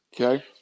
Okay